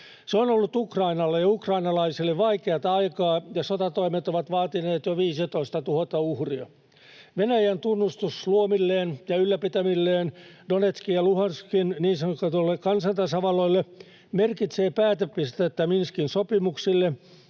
Se on ollut Ukrainalle ja ukrainalaisille vaikeata aikaa, ja sotatoimet ovat vaatineet jo 15 000 uhria. Venäjän tunnustus luomilleen ja ylläpitämilleen Donetskin ja Luhanskin niin sanotuille kansantasavalloille merkitsee päätepistettä Minskin sopimuksille,